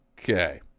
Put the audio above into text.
Okay